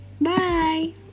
bye